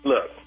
Look